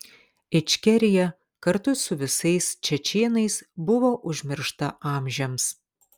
ičkerija kartu su visais čečėnais buvo užmiršta amžiams